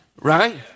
right